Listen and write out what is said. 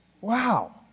Wow